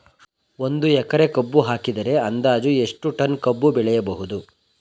ಒಂದು ಎಕರೆ ಕಬ್ಬು ಹಾಕಿದರೆ ಅಂದಾಜು ಎಷ್ಟು ಟನ್ ಕಬ್ಬು ಬೆಳೆಯಬಹುದು?